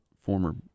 former